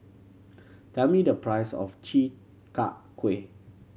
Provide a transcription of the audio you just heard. tell me the price of Chi Kak Kuih